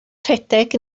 rhedeg